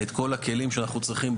את כל הכלים שאנחנו צריכים,